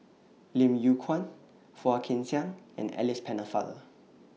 Lim Yew Kuan Phua Kin Siang and Alice Pennefather